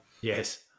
Yes